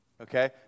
Okay